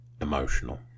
emotional